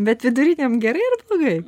bet viduriniam gerai ar blogai